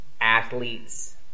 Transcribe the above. athletes